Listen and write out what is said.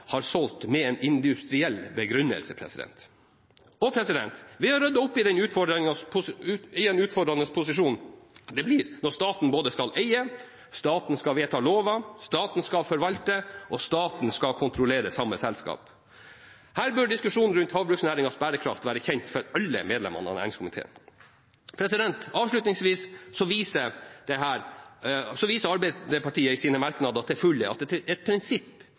har solgt med en industriell begrunnelse. Vi har ryddet opp i den utfordrende posisjonen det blir når staten skal både vedta lover og eie, forvalte og kontrollere samme selskap. Her bør diskusjonen rundt havbruksnæringens bærekraft være kjent for alle medlemmene av næringskomiteen. Avslutningsvis: Arbeiderpartiet viser i sine merknader til fulle at et prinsipp gjelder bare til Arbeiderpartiet behøver et annet prinsipp. Jeg tror det må være det man legger i «dynamisk eierskapsmodell». En kan vel trygt si at